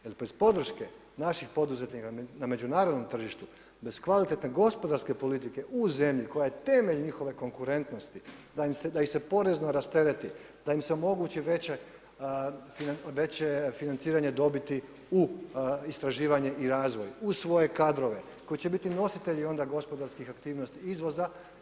Jer bez podrške naših poduzetnika na međunarodnom tržištu, bez kvalitetne gospodarske politike u zemlji, koja je temelj njihove konkurentnosti, da ih se porezno rastereti, da im se omogući veće financiranje dobiti u istraživanje i razvoj, u svoje kadrove, koji će biti nositelji onda gospodarskih aktivnosti izvoza.